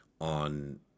on